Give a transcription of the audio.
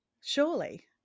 surely